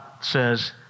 says